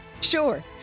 Sure